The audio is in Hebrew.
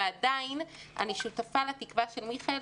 ועדיין אני שותפה לתקווה של מיכאל,